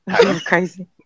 Crazy